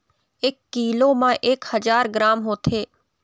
एक कीलो म एक हजार ग्राम होथे